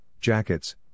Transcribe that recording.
jackets